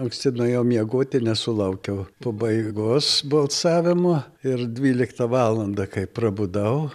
anksti nuėjau miegoti nesulaukiau pabaigos balsavimo ir dvyliktą valandą kai prabudau